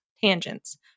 tangents